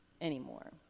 anymore